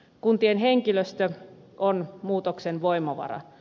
kuntien henkilöstö on muutoksen voimavara